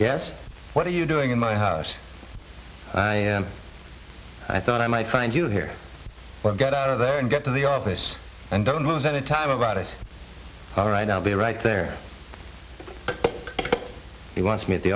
guess what are you doing in my house i thought i might find you here get out of there and get to the office and don't lose any time about it all right i'll be right there he wants me at the